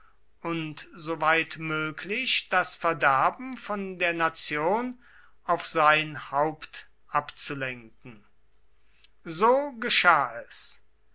und soweit möglich das verderben von der nation auf sein haupt abzulenken so geschah es